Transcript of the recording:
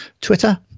Twitter